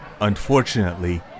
Unfortunately